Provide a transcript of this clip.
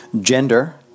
Gender